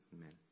Amen